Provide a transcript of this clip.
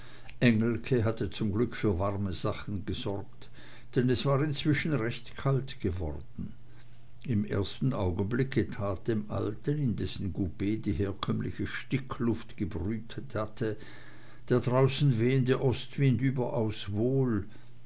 engelke hatte zum glück für warme sachen gesorgt denn es war inzwischen recht kalt geworden im ersten augenblicke tat dem alten in dessen coup die herkömmliche stickluft gebrütet hatte der draußen wehende ostwind überaus wohl